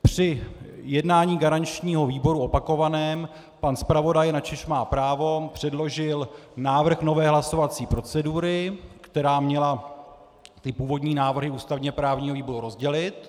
Při jednání garančního výboru, opakovaném, pan zpravodaj, na což má právo, předložil návrh nové hlasovací procedury, která měla původní návrhy ústavněprávního výboru rozdělit.